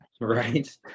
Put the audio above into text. right